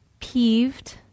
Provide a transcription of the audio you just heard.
peeved